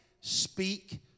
speak